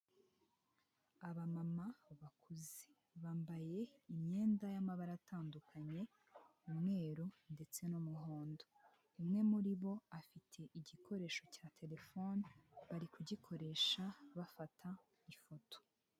Abamama bakuze bambaye imyenda y'amabara atandukanye umweru ndetse n'umuhondo, umwe muri bo afite igikoresho cya terefone bari kugikoresha bafata ifoto.